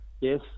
Yes